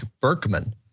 Berkman